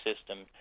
system